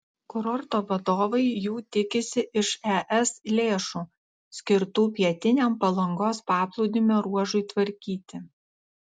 kurorto vadovai jų tikisi iš es lėšų skirtų pietiniam palangos paplūdimio ruožui tvarkyti